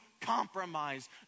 compromise